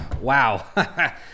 Wow